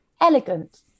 elegant